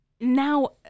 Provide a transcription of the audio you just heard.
Now